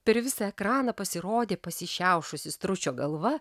per visą ekraną pasirodė pasišiaušusi stručio galva